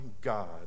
God